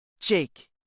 Jake